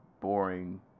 boring